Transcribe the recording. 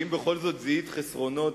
שאם בכל זאת זיהית חסרונות,